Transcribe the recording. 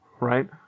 right